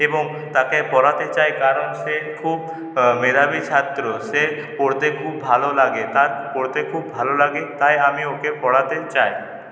এবং তাকে পড়াতে চাই কারণ সে খুব মেধাবী ছাত্র সে পড়তে খুব ভালো লাগে তার পড়তে খুব ভালো লাগে তাই আমি ওকে পড়াতে চাই